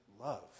love